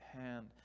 hand